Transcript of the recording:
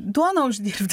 duoną uždirbt